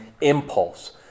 impulse